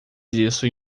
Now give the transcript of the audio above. disso